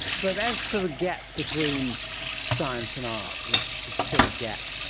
but as to the gap between science and art, which is still a gap,